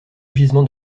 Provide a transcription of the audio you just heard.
gisements